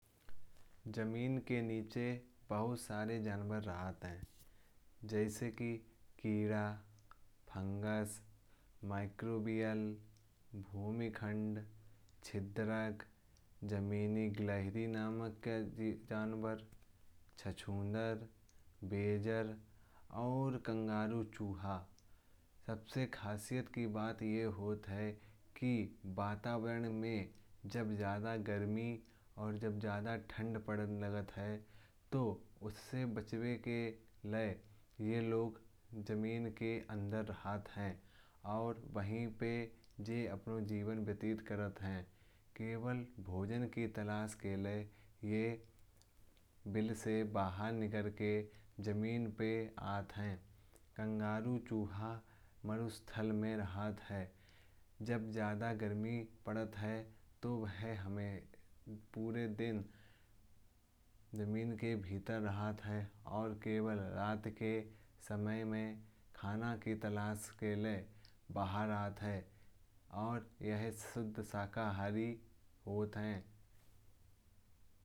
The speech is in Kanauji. जमीन के नीचे बहुत सारे जानवर राहत हैं। जैसे की कीड़ा, फंगस, माइक्रोबियल भूमिखंड, छिद्रक जमीन, गिलहरी। नमक के जानवर छछूंदर बेजर और कंगारू चूहा सबसे खासियत की बात ये होता है। कि वातावरण में जब ज्यादा गर्मी और जब ज्यादा ठंड पड़ने लगता है। तो उससे बचाव के लिए ये लोग जमीन के अंदर राहत है। और वहीं पे ये अपना जीवन व्यतीत करत हैं। केवल भोजन की तलाश के लिए ये बिल से बाहर निकल के जमीन पे आता है। कंगारू चूहा मरुस्थल में राहत है जब ज्यादा गर्मी पड़त है। तो वह हमें पूरे दिन जमीन के भीतर राहत है। और केवल रात के समय में खाना की तलाश के लिए बाहर आता है। और यह शुद्ध शाकाहारी होत है।